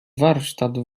warsztat